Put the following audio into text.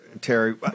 Terry